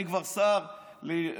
אני כבר שר לדיגיטל,